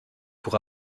pour